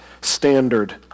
standard